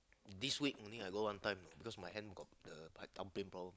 this week only I go one time because my hand got the my thumbprint problem